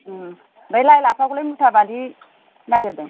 ओमफाय लाइ लाफाखौलाय मुथाबादि नागिरदों